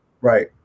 Right